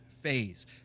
phase